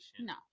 No